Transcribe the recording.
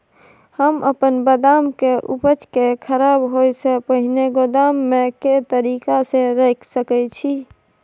हम अपन बदाम के उपज के खराब होय से पहिल गोदाम में के तरीका से रैख सके छी?